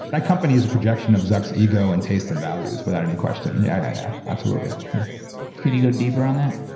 that company is a projection of zuck's ego and taste in values without any question. yeah, absolutely yeah could you go deeper on that?